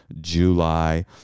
July